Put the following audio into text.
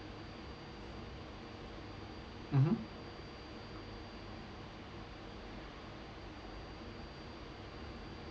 mmhmm